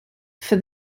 for